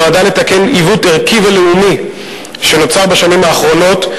נועדה לתקן עיוות ערכי ולאומי שנוצר בשנים האחרונות,